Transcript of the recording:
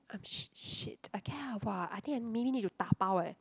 I'm sh~ shit I care I !wah! I think I maybe need to dabao eh